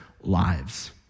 lives